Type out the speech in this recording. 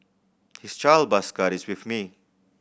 his child bus card is with me